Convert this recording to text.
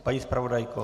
Paní zpravodajka.